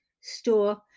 store